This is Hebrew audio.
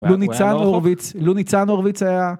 לו ניצן הורוויץ, לו ניצן הורוויץ היה.